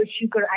sugar